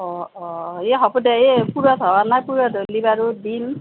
অঁ অঁ এ হ'ব দে এ পূৰঠ হোৱা নাই পূৰঠ হ'লে বাৰু দিম